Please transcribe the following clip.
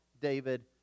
David